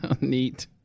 Neat